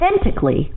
authentically